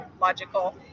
logical